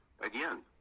again